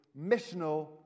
missional